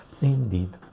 indeed